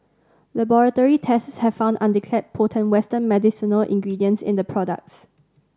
laboratory tests had found undeclared potent western medicinal ingredients in the products